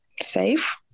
safe